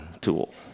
tool